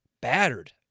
battered